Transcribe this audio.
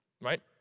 Right